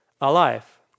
alive